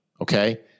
okay